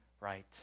right